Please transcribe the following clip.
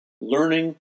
learning